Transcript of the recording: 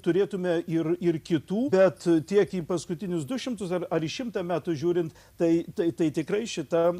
turėtume ir ir kitų bet tiek į paskutinius du šimtus ar ar į šimtą metų žiūrint tai tai tai tikrai šita